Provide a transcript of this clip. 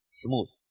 smooth